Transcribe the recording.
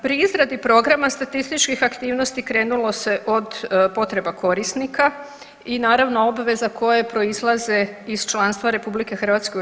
Pri izradi programa statističkih aktivnosti krenulo se od potreba korisnika i naravno obveze koje proizlaze iz članstva RH u EU.